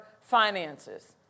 finances